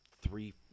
three